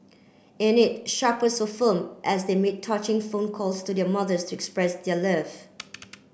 in it shopper so firm as they made touching phone calls to their mothers to express their love